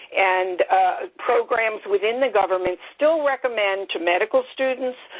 and programs within the government still recommend to medical students